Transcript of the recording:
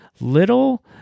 Little